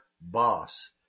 boss